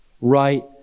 right